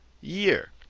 year